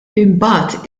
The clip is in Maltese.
imbagħad